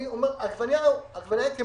העגבנייה היא דוגמה